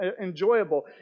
enjoyable